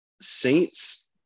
Saints